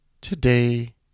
today